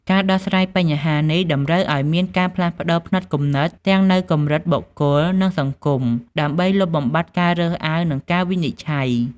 ការដោះស្រាយបញ្ហានេះតម្រូវឱ្យមានការផ្លាស់ប្តូរផ្នត់គំនិតទាំងនៅកម្រិតបុគ្គល និងសង្គមដើម្បីលុបបំបាត់ការរើសអើងនិងការវិនិច្ឆ័យ។